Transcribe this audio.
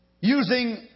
using